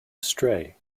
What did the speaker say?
astray